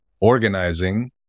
organizing